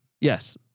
yes